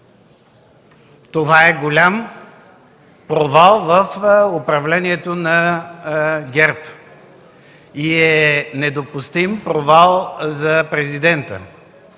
Това е голям провал в управлението на ГЕРБ и е недопустим провал за президента,